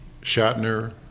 Shatner